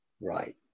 Right